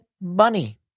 Bunny